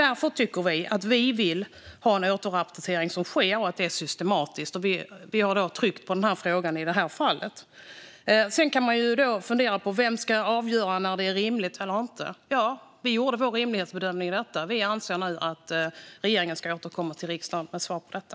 Därför vill vi att en återrapportering ska ske systematiskt. Den frågan har vi tryckt på i det här fallet. Man kan fundera på vem som ska avgöra när det är rimligt eller inte. Vi har gjort vår rimlighetsbedömning och anser nu att regeringen ska återkomma till riksdagen med svar på detta.